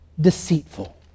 deceitful